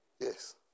Yes